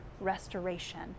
restoration